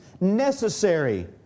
necessary